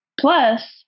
Plus